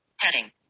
heading